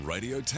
Radio